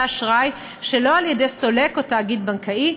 אשראי שלא על ידי סולק או תאגיד בנקאי,